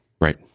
Right